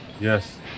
yes